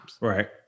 right